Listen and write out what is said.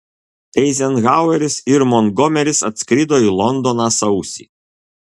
eizenhaueris ir montgomeris atskrido į londoną sausį